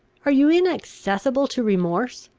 are you inaccessible to remorse?